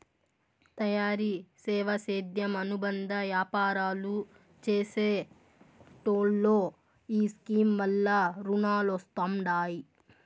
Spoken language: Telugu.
తయారీ, సేవా, సేద్యం అనుబంద యాపారాలు చేసెటోల్లో ఈ స్కీమ్ వల్ల రునాలొస్తండాయి